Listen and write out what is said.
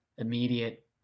immediate